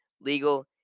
legal